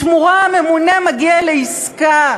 בתמורה הממונה מגיע לעסקה